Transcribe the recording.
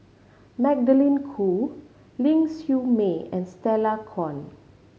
Magdalene Khoo Ling Siew May and Stella Kon